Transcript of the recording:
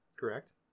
Correct